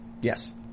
Yes